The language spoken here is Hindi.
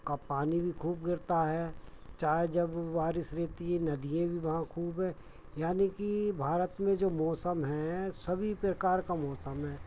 पानी भी ख़ूब गिरता है चाहे जब बारिश रहती है नदिए भी वहाँ ख़ूब है यानी कि भारत में जो मौसम हैं सभी प्रकार के मौसम हैं